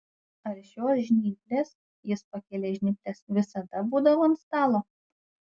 ar šios žnyplės jis pakėlė žnyples visada būdavo ant stalo